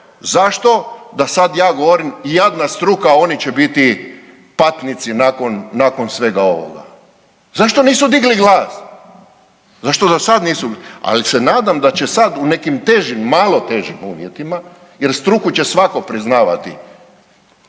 zašto da sad ja govorim jadna struka oni će biti patnici nakon, nakon svega ovoga. Zašto nisu digli glas? Zašto do sad, ali se nadam da će sad u nekim težim, malo težim uvjetima jer struku će svatko priznavati,